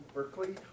Berkeley